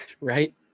Right